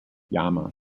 another